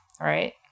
right